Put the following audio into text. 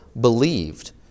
believed